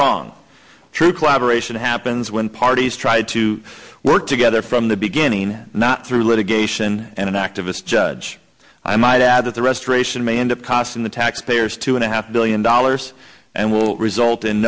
true collaboration happens when parties try to work together from the beginning not through litigation and an activist judge i might add that the restoration may end up costing the taxpayers two and a half billion dollars and will result in